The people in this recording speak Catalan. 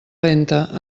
lenta